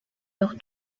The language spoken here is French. leurs